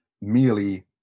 merely